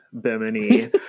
Bimini